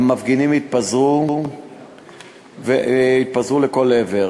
והמפגינים התפזרו לכל עבר.